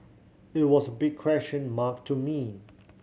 it was a big question mark to me